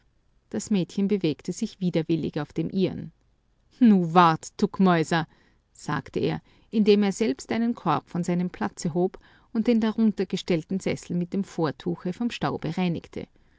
das mädchen bewegte sich widerwillig auf dem ihren nu wart tuckmauser sagte er indem er selbst einen korb von seinem platze hob und den darunter gestellten sessel mit dem vortuche vom staube reinigte